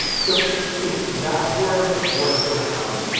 so if that were what is going on,